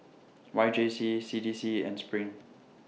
Y J C C D C and SPRING